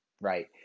right